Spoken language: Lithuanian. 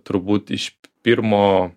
turbūt iš pirmo